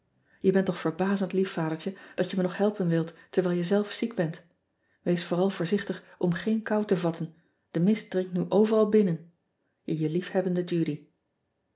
e bent toch verbazend lief adertje dat je me nog helpen wilt terwijl je zelf ziek bent ees vooral voorzichtig om geen kou kou te vatten de mist dringt nu overal binnen e je liefhebbende udy